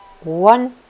one